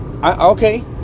Okay